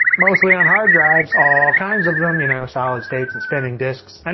mostly on hard drives, all kinds of them. you know solid states and spinning discs. and